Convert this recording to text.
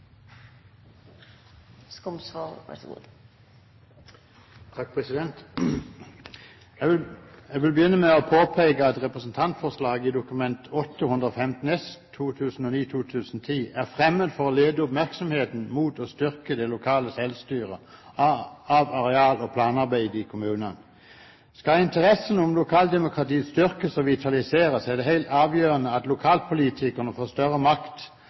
for å lede oppmerksomheten mot å styrke det lokale selvstyret av areal- og planarbeidet i kommunene. Skal interessen for lokaldemokratiet styrkes og vitaliseres, er det helt avgjørende at lokalpolitikerne får større makt